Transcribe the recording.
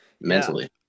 mentally